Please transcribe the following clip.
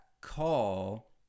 call